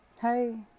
Hey